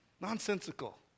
Nonsensical